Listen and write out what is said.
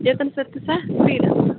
எத்தனை set sir புரியலை